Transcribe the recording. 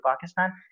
Pakistan